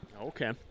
okay